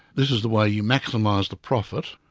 this is the way you maximise the profit,